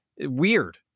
Weird